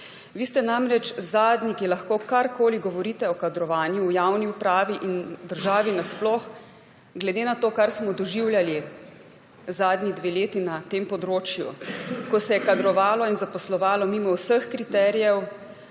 Vi ste namreč zadnji, ki lahko karkoli govorite o kadrovanju v javni upravi in državi nasploh, glede na to, kar smo doživljali zadnji dve leti na tem področju, ko se je kadrovalo in zaposlovalo mimo vseh kriterijev,